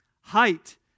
height